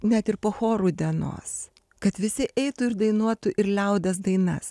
net ir po chorų dienos kad visi eitų ir dainuotų ir liaudies dainas